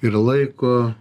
ir laiko